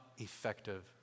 effective